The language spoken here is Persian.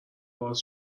باز